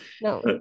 No